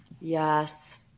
Yes